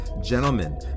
Gentlemen